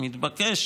מתבקש